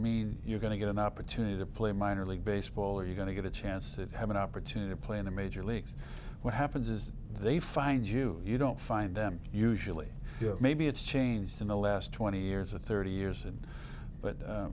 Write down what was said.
mean you're going to get an opportunity to play minor league baseball are you going to get a chance to have an opportunity to play in the major leagues what happens is they find you you don't find them usually maybe it's changed in the last twenty years or thirty years and but